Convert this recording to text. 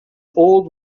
old